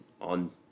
on